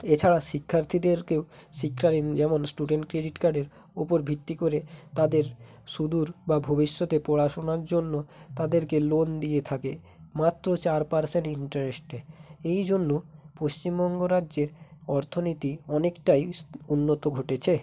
এছাড়া শিক্ষার্থীদেরকেও শিক্ষা ঋণ যেমন স্টুডেন্ট ক্রেডিট কার্ডের ওপর ভিত্তি করে তাদের সুদূর বা ভবিষ্যতে পড়াশোনার জন্য তাদেরকে লোন দিয়ে থাকে মাত্র চার পার্সেন্ট ইন্টারেস্টে এই জন্য পশ্চিমবঙ্গ রাজ্যের অর্থনীতি অনেকটাই উন্নত ঘটেছে